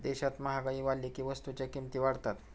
देशात महागाई वाढली की वस्तूंच्या किमती वाढतात